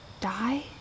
die